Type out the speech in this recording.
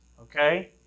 Okay